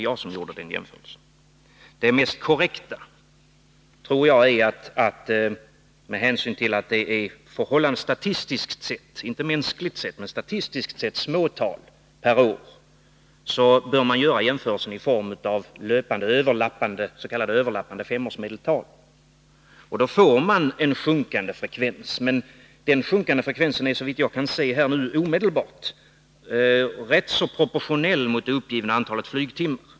Jag tror att det mest korrekta är att, med hänsyn till att det statistiskt sett — inte mänskligt sett — är förhållandevis små tal per år, göra jämförelsen i form av s.k. överlappande femårsmedeltal. Då får man en sjunkande frekvens. Men den sjunkande frekvensen är, såvitt jag här kan se omedelbart, rätt proportionell mot det uppgivna antalet flygtimmar.